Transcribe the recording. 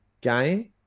game